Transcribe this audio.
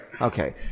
Okay